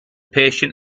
patient